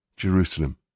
Jerusalem